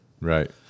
Right